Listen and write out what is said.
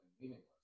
meaningless